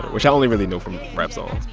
which i only really know from rap songs,